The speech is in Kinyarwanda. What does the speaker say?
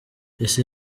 isi